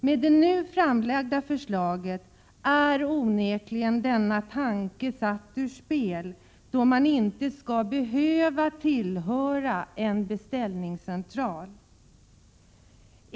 Med det nu framlagda förslaget är onekligen detta system satt ur spel, då man som taxiägare inte skall behöva tillhöra en beställningscentral.